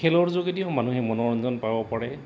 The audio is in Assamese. খেলৰ যোগেদিও মানুহে মনোৰঞ্জন পাব পাৰে